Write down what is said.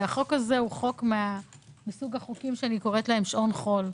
זה מסוג החוקים שאני קוראת להם "שעון חול".